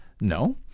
No